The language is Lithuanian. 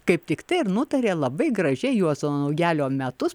kaip tiktai ir nutarė labai gražiai juozo naujalio metus